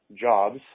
jobs